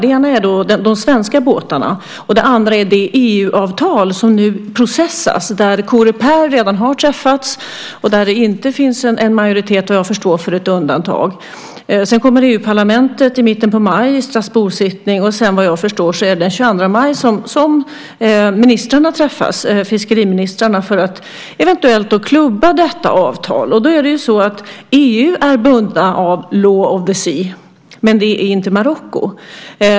Den ena gäller de svenska båtarna, och den andra gäller det EU-avtal som nu processas, där Coreper redan har träffats, och där det såvitt jag förstår inte finns någon majoritet för ett undantag. Sedan kommer EU-parlamentet i mitten av maj då det är en Strasbourgsittning, och sedan är det vad jag förstår den 22 maj som fiskeriministrarna träffas för att eventuellt klubba detta avtal. Då är det ju så att EU är bundet av law of the sea , men det är inte Marocko.